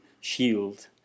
shield